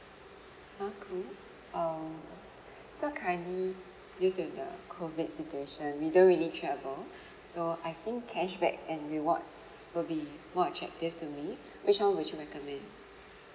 sounds cool um so currently due to the COVID situation we don't really travel so I think cashback and rewards will be more attractive to me which one would you recommend